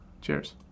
Cheers